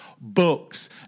books